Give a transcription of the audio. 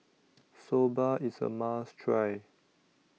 Soba IS A must Try